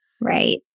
Right